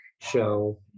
show